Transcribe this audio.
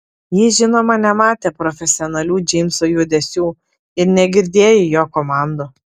ji žinoma nematė profesionalių džeimso judesių ir negirdėjo jo komandų